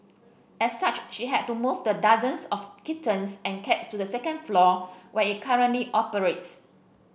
as such she had to move the dozens of kittens and cats to the second floor where it currently operates